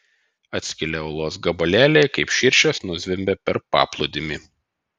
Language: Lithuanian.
atskilę uolos gabalėliai kaip širšės nuzvimbė per paplūdimį